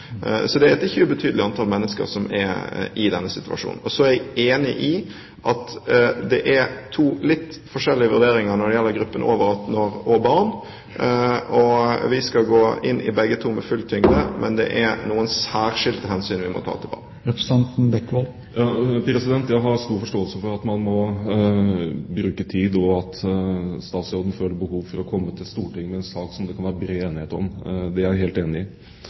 så det er et ikke ubetydelig antall mennesker som er i denne situasjonen. Så er jeg enig i at det er to litt forskjellige vurderinger når det gjelder gruppen over 18 år og barn. Vi skal gå inn i begge to med full tyngde, men det er noen særskilte hensyn vi må ta til barn. Jeg har stor forståelse for at man må bruke tid, og at statsråden føler behov for å komme til Stortinget med en sak som det kan være bred enighet om. Det er jeg helt enig i.